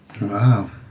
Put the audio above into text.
wow